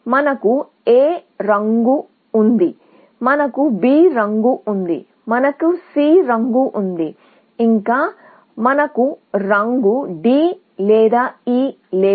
మనకు A రంగు ఉంది మనకు B రంగు ఉంది మనకు C రంగు ఉంది ఇంకా మనకు రంగు D లేదా E లేదు